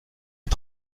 est